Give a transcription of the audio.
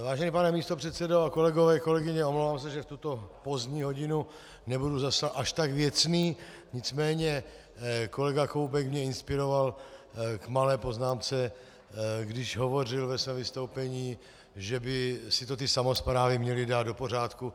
Vážený pane místopředsedo, kolegové, kolegyně, omlouvám se, že v tuto pozdní hodinu nebudu zase až tak věcný, nicméně kolega Koubek mě inspiroval k malé poznámce, když hovořil ve svém vystoupení, že by si to samosprávy měly dát do pořádku.